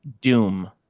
Doom